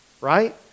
right